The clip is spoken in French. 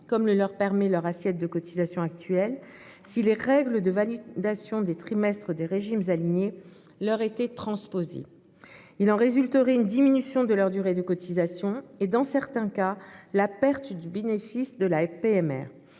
comme le leur permet leur assiette de cotisation actuelle, si les règles de validation des trimestres des régimes alignés leur étaient appliquées. Il en résulterait une diminution de leur durée de cotisation et, dans certains cas, la perte du bénéfice de la PMR.